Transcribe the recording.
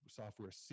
software